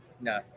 no